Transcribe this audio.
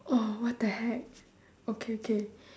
oh what the heck okay okay